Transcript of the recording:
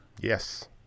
Yes